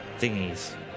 thingies